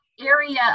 area